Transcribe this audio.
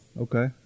Okay